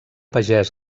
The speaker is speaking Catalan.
pagès